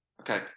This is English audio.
Okay